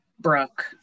Brooke